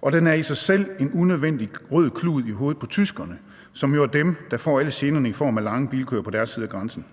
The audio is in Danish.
og den er i sig selv en unødvendig rød klud i hovedet på tyskerne, som jo er dem, der får alle generne i form af lange bilkøer på deres side af grænsen.